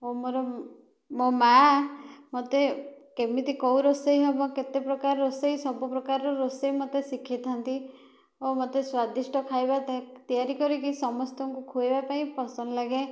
ଆଉ ମୋର ମୋ' ମା' ମତେ କେମିତି କେଉଁ ରୋଷେଇ ହବ କେତେ ପ୍ରକାର ରୋଷେଇ ସବୁ ପ୍ରକାର ରୋଷେଇ ମୋତେ ଶିଖେଇଥାନ୍ତି ଓ ମୋତେ ସ୍ୱାଦିଷ୍ଟ ଖାଇବା ତିଆରି କରିକି ସମସ୍ତଙ୍କୁ ଖୁଆଇବା ପାଇଁ ପସନ୍ଦ ଲାଗେ